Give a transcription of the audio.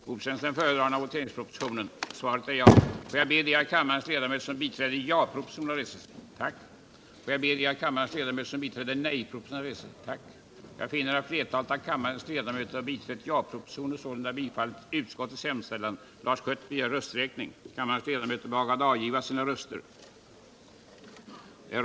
Herr talman! Arbetsmarknadspolitiken är ett viktigt instrument i strävandena att klara den fulla sysselsättningen. Det var under socialdemokraternas tid i regeringsställning som sysselsättningspolitiken blev ett av samhällets viktigaste områden. Såväl individens trygghet och välfärd som samhällets utveckling kom att stå i förgrunden för denna målsättning. Med detta som utgångspunkt lades grunden till den moderna arbetsmarknadspolitiken som vi sett så många goda resultat av.